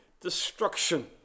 destruction